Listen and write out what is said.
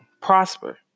prosper